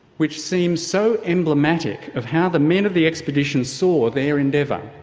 which seemed so emblematic of how the men of the expedition saw their endeavour.